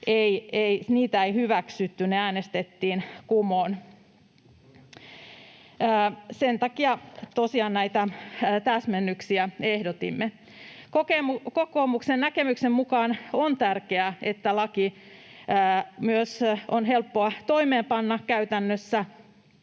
ei hyväksytty, ne äänestettiin kumoon. Sen takia tosiaan näitä täsmennyksiä ehdotimme. Kokoomuksen näkemyksen mukaan on tärkeää, että laki on myös helppo toimeenpanna käytännössä.